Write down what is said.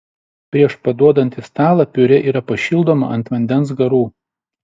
prieš paduodant į stalą piurė yra pašildoma ant vandens garų